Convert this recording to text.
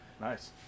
Nice